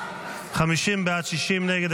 50 בעד, 60 נגד.